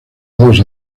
dos